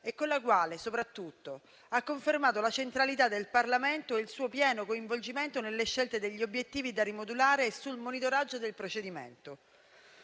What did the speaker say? e con la quale, soprattutto, ha confermato la centralità del Parlamento e il suo pieno coinvolgimento nelle scelte degli obiettivi da rimodulare e sul monitoraggio del procedimento.